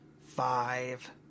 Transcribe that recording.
five